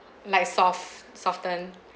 like soft soften